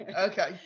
okay